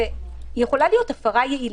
זו יכולה להיות הפרה יעילה.